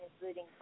including